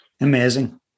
Amazing